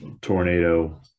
tornado